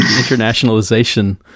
Internationalization